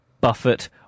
Buffett